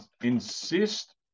insist